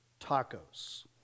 tacos